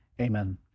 amen